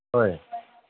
ꯍꯣꯏ